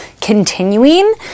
continuing